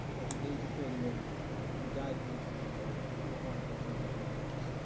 at the age of thirty eight who died at the age of thirty eight was one of those individuals.